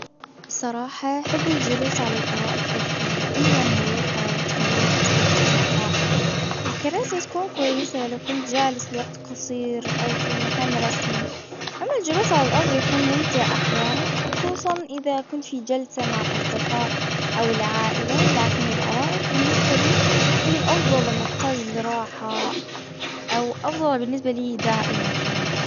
صراحة أحب الجلوس على الارائك أكثر لانها مريحة وتخليني أحس بالاسترخاء. الكراسي تكون كويسة لو كنت جالس لوقت قصير او في مكان رسمي. اما الجلوس على الارض يكون ممتع احيانًا. خصوصا اذا كنت في جلسة مع الاصدقاء. او العائلة لكن الارائك بالنسبة لي هي الافضل لما احتاج لراحة او افظل بالنسبة لي دائما صراحة.